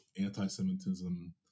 anti-Semitism